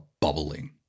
bubbling